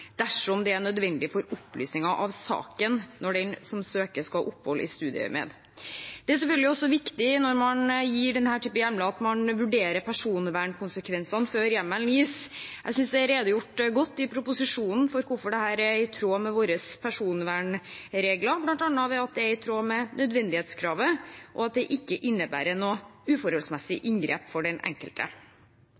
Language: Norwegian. dersom det er nødvendig for opplysningen av saken når noen søker om opphold i studieøyemed. Når man gir denne typen hjemler, er det selvfølgelig også viktig at man vurderer personvernkonsekvensene før hjemmelen gis. Jeg synes det i proposisjonen er redegjort godt for hvorfor dette er i tråd med våre personvernregler, bl.a. at det er i tråd med nødvendighetskravet, og at det ikke innebærer noe uforholdsmessig